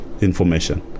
information